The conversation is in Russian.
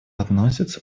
относится